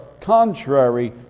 contrary